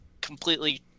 completely